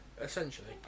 essentially